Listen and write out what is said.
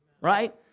Right